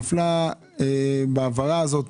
מפלה בהעברה הזאת,